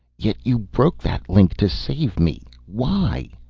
yet you broke that link to save me why?